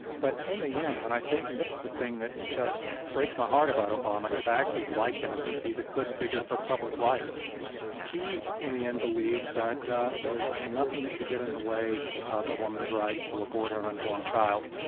but in the end, when i think and this is the thing that just breaks my heart about obama, because i actually like him and think he's a good figure for public life he in the end believes that there is nothing that should get in the way of a woman's right to abort her unborn child.